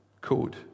code